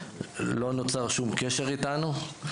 לא נוצר שום קשר איתנו.